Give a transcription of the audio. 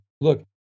look